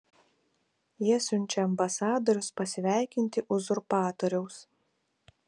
jie siunčia ambasadorius pasveikinti uzurpatoriaus